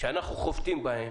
כשאנחנו חובטים בהם